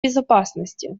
безопасности